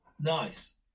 Nice